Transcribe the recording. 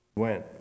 went